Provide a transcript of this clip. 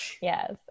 Yes